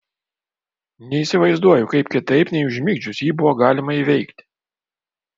neįsivaizduoju kaip kitaip nei užmigdžius jį buvo galima įveikti